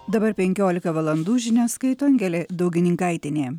dabar penkiolika valandų žinias skaito angelė daugininkaitienė